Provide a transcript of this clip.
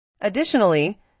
Additionally